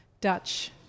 Dutch